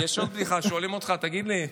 יש עוד בדיחה: שואלים אותך, תגיד לי,